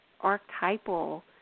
archetypal